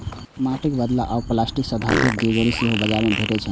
माटिक बदला आब प्लास्टिक आ धातुक तिजौरी सेहो बाजार मे भेटै छै